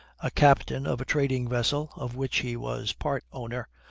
a captain of a trading vessel, of which he was part owner,